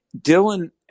Dylan